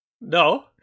No